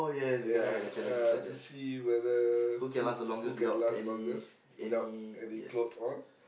ya uh to see whether who who can last longer without any clothes on